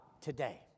today